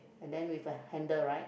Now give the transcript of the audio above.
and then with a handle right